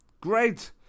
great